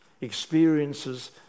experiences